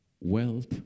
Wealth